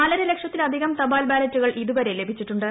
നാലര ലക്ഷത്തിലധികം തപാൽ ബാലറ്റുകൾ ഇതുവരെ ലഭിച്ചിട്ടുണ്ട്